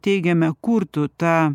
teigiame kurtų tą